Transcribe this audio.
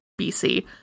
BC